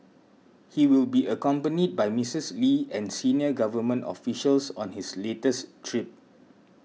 he will be accompanied by Mrs Lee and senior government officials on his latest trip